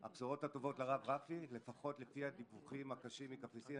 הבשורות הטובות לרב רפי לפחות לפי הדיווחים הקשים מקפריסין,